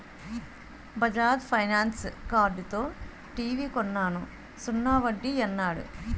Bajaj Finance కార్డుతో TV కొన్నాను సున్నా వడ్డీ యన్నాడు